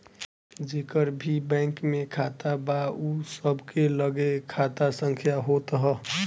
जेकर भी बैंक में खाता बा उ सबके लगे खाता संख्या होत हअ